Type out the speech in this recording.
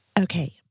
Okay